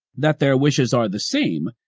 that their wishes are the same,